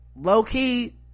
low-key